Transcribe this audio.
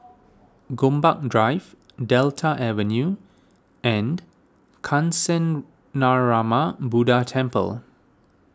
Gombak Drive Delta Avenue and Kancanarama Buddha Temple